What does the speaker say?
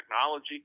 technology